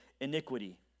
iniquity